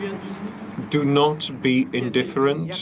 do not be indifferent